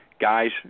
guys